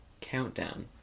Countdown